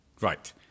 Right